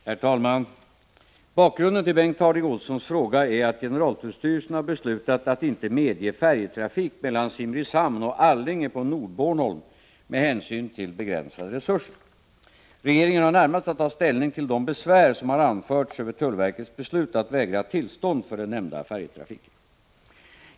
Herr talman! Bakgrunden till Bengt Harding Olsons fråga är att generaltullstyrelsen har beslutat att inte medge färjetrafik mellan Simrishamn och Allinge på Nordbornholm med hänsyn till begränsade resurser. Regeringen har närmast att ta ställning till de besvär som har anförts över tullverkets beslut att vägra tillstånd för den nämnda färjetrafiken.